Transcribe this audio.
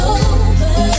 over